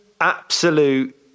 absolute